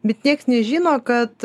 bet nieks nežino kad